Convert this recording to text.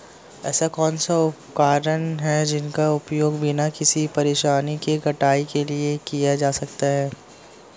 ऐसे कौनसे उपकरण हैं जिनका उपयोग बिना किसी परेशानी के कटाई के लिए किया जा सकता है?